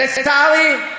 לצערי,